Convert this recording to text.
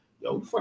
yo